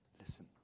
listen